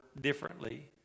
differently